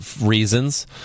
reasons